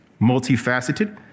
multifaceted